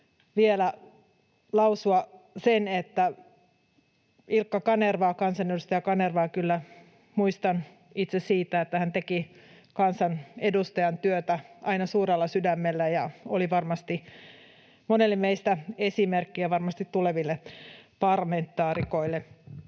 vielä lausua sen, että Ilkka Kanervaa, kansanedustaja Kanervaa, kyllä muistan itse siitä, että hän teki kansanedustajan työtä aina suurella sydämellä ja oli varmasti monelle meistä esimerkki ja varmasti tuleville parlamentaarikoillekin.